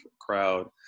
crowd